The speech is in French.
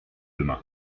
demain